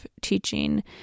teaching